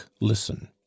listen